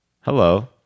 Hello